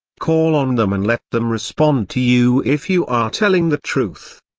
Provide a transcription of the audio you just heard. call on them and let them respond to you if you are telling the truth.